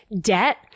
debt